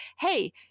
hey